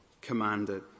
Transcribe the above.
commanded